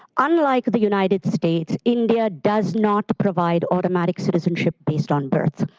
unlike the united states, india does not provide automatic citizenship based on birth.